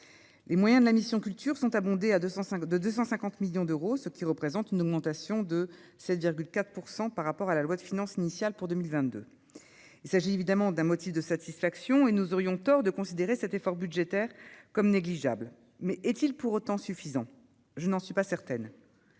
les moyens de la mission culture sont abondés à 205 de 250 millions d'euros, ce qui représente une augmentation de 7,4 % par rapport à la loi de finances initiale pour 2022, il s'agit évidemment d'un motif de cette. Six actions et nous aurions tort de considérer cet effort budgétaire comme négligeables mais est-il pour autant suffisant, je n'en suis pas certaine,